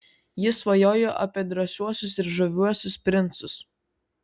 ji svajojo apie drąsiuosius ir žaviuosius princus